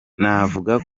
navuga